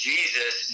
Jesus